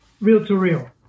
real-to-real